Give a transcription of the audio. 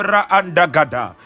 andagada